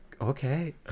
Okay